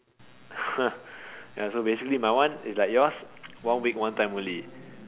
ya so basically my one is like yours one week one time only